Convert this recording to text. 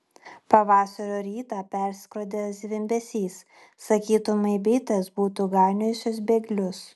pavasario rytą perskrodė zvimbesys sakytumei bitės būtų gainiojusios bėglius